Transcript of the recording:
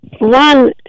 one